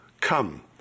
Come